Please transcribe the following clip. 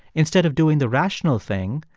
instead of doing the rational thing,